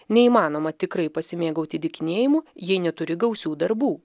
neįmanoma tikrai pasimėgauti dykinėjimu jei neturi gausių darbų